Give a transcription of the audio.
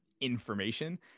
information